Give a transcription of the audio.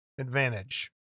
advantage